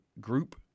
group